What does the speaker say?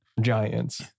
giants